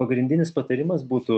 pagrindinis patarimas būtų